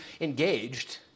engaged